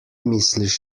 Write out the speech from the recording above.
misliš